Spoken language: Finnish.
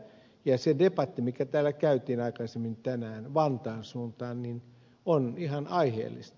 ja se debatti mikä täällä käytiin aikaisemmin tänään vantaan suuntaan on ihan aiheellista